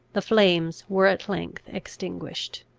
the flames were at length extinguished.